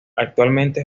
actualmente